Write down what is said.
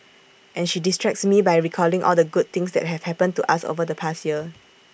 and she distracts me by recalling all the good things that have happened to us over the past year